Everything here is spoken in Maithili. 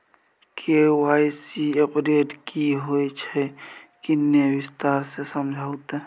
के.वाई.सी अपडेट की होय छै किन्ने विस्तार से समझाऊ ते?